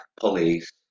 police